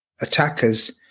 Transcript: attackers